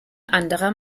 anderer